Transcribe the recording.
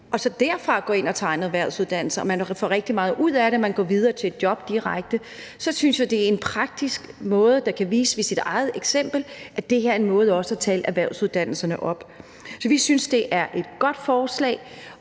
og så derfra går ind og tager en erhvervsuddannelse og de får rigtig meget ud af det og de går direkte videre til et job, så synes jeg også, det er en praktisk måde, der ved sit eget eksempel kan vise, at det her kan tale erhvervsuddannelserne op. Så vi synes, det er et godt forslag,